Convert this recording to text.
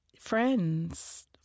friends